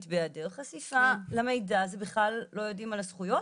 והיעדר חשיפה למידע ובכלל לא יודעים על הזכויות,